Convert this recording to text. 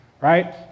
right